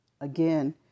Again